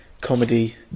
comedy